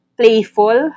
playful